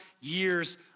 years